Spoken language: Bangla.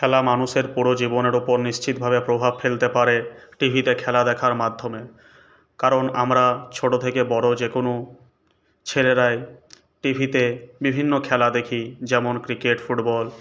খেলা মানুষের পুরো জীবনের উপর নিশ্চিতভাবে প্রভাব ফেলতে পারে টি ভিতে খেলা দেখার মাধ্যমে কারণ আমরা ছোট থেকে বড় যে কোনো ছেলেরাই টি ভিতে বিভিন্ন খেলা দেখি যেমন ক্রিকেট ফুটবল